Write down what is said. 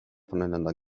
voneinander